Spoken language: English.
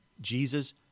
Jesus